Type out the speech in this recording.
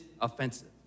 offensive